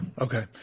okay